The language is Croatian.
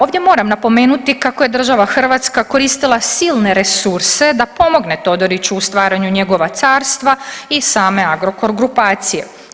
Ovdje moram napomenuti kako je država Hrvatska koristila silne resurse da pomogne Todoriću u stvaranju njegova carstva i same Agrokor grupacije.